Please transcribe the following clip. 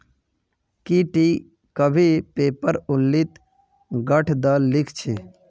की टी कभी पेरेर ठल्लीत गांठ द खिल छि